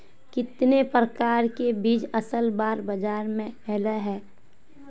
कितने प्रकार के बीज असल बार बाजार में ऐले है?